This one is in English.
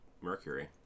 mercury